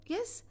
Yes